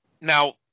Now